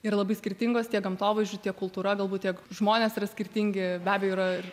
yra labai skirtingos tiek gamtovaizdžiu tiek kultūra galbūt tiek žmonės yra skirtingi be abejo yra